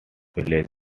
village